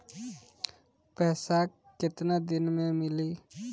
पैसा केतना दिन में मिली?